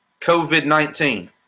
COVID-19